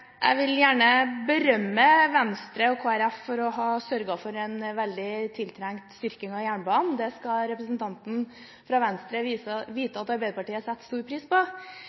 Jeg vil gjerne berømme Venstre og Kristelig Folkeparti for å ha sørget for en veldig tiltrengt styrking av jernbanen – det skal representanten fra Venstre vite at Arbeiderpartiet setter stor pris på.